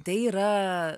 tai yra